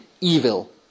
evil